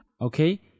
Okay